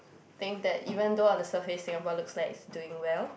think that even though on the surface Singapore looks likes doing well